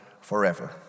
forever